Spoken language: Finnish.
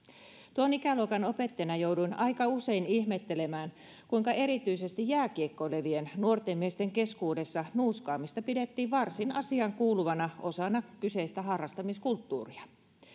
tuon ikäluokan opettajana jouduin aika usein ihmettelemään kuinka erityisesti jääkiekkoilevien nuorten miesten keskuudessa nuuskaamista pidettiin varsin asiaankuuluvana osana kyseistä harrastamiskulttuuria